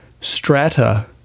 strata